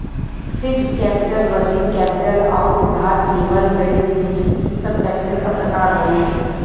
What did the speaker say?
fixed capital working capital आउर उधार लेवल गइल पूंजी इ सब कैपिटल क प्रकार हउवे